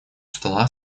стола